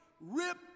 Rip